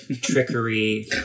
trickery